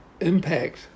impact